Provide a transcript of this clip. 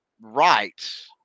right